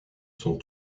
sont